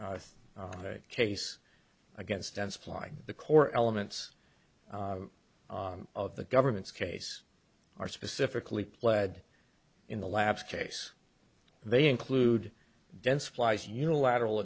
case against and supplying the core elements of the government's case are specifically pled in the labs case they include dense flies unilateral